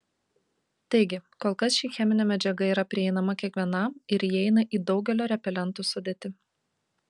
taigi kol kas ši cheminė medžiaga yra prieinama kiekvienam ir įeina į daugelio repelentų sudėtį